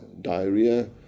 diarrhea